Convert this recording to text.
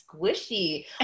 squishy